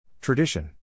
Tradition